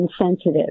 insensitive